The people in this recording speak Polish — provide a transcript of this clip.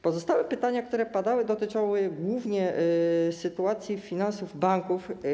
Pozostałe pytania, które padały, dotyczyły głównie sytuacji finansów banków.